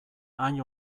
hain